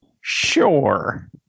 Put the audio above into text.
Sure